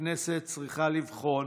הכנסת צריכה לבחון